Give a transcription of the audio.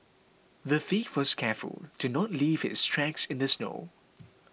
the thief was careful to not leave his tracks in the snow